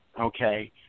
okay